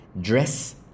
dress